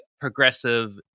progressive